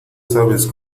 sabes